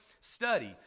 study